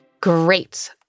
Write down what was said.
Great